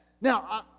now